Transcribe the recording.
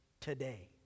Today